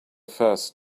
first